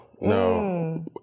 no